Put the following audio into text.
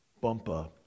bumper